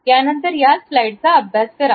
यानंतर याच स्लाईड चा अभ्यास करा